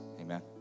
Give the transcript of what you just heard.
amen